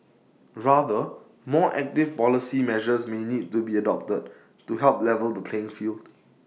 rather more active policy measures may need to be adopted to help level the playing field